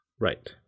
Right